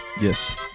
Yes